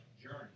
journey